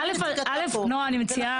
נעה, א', נעה, אני מציעה.